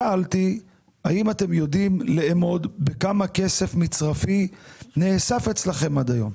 שאלתי האם אפשר לאמוד בכמה כסף מצרפי נאסף אצלכם עד היום?